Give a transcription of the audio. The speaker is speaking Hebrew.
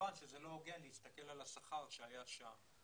כמובן שזה לא הוגן להסתכל על השכר שהיה שם.